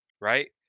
right